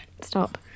Stop